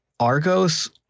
Argos